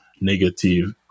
negative